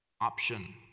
option